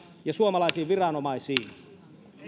ja suomalaisiin viranomaisiin